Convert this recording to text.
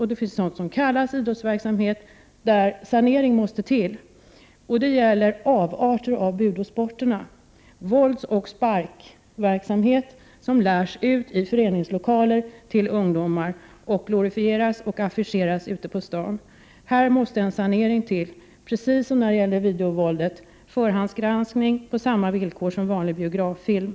Men det finns även sådant som kallas idrottsverksamhet där en sanering måste göras. Det gäller avarter av budosporterna, våldsoch sparkverksamhet som lärs ut till ungdomar i föreningslokaler och glorifieras och affischeras ute i staden. Det måste ske en sanering i detta sammanhang. Samma sak gäller videovåld, dvs. det krävs förhandsgranskning på samma villkor som för vanlig biograffilm.